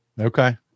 okay